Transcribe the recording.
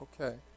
Okay